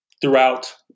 throughout